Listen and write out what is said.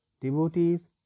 Devotees